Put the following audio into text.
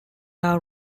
are